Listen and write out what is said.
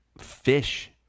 fish